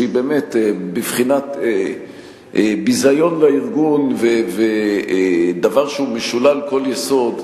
שהיא באמת בבחינת ביזיון לארגון ודבר שהוא משולל כל יסוד,